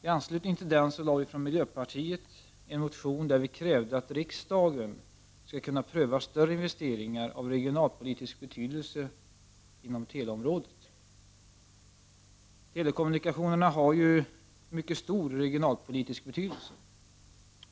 I anslutning till den väckte vi från miljöpartiet en motion där vi krävde att riksdagen skulle kunna pröva större investeringar av regionalpolitisk betydelse inom teleområdet. Telekommunikationerna har ju mycket stor regionalpolitisk betydelse.